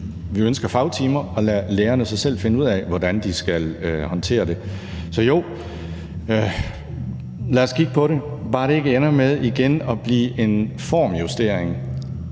Vi ønsker fagtimer, og lad så lærerne selv finde ud af, hvordan de skal håndtere det. Så jo, lad os kigge på det, men bare det ikke ender med igen at blive en formjustering.